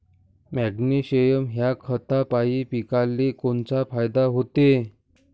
Magnesium ह्या खतापायी पिकाले कोनचा फायदा होते?